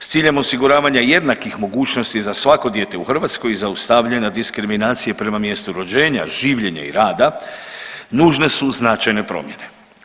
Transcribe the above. S ciljem osiguravanja jednakih mogućnosti za svako dijete u Hrvatskoj zaustavljena diskriminacija prema mjestu rođenja, življenja i rada nužne su značajne promjene.